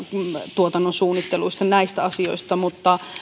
tuotannon suunnittelusta näistä asioista mutta